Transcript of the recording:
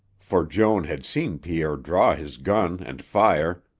for joan had seen pierre draw his gun and fire,